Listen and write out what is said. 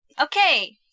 Okay